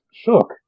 shook